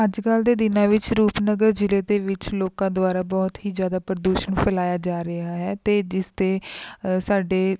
ਅੱਜ ਕੱਲ੍ਹ ਦੇ ਦਿਨਾਂ ਵਿੱਚ ਰੂਪਨਗਰ ਜ਼ਿਲ੍ਹੇ ਦੇ ਵਿੱਚ ਲੋਕਾਂ ਦੁਆਰਾ ਬਹੁਤ ਹੀ ਜ਼ਿਆਦਾ ਪ੍ਰਦੂਸ਼ਣ ਫੈਲਾਇਆ ਜਾ ਰਿਹਾ ਹੈ ਅਤੇ ਜਿਸ 'ਤੇ ਸਾਡੇ